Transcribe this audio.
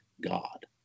God